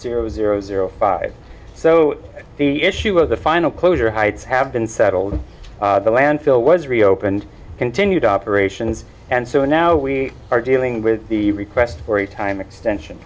zero zero zero five so the issue of the final closure hides have been settled the landfill was reopened continued operations and so now we are dealing with the request for a time extension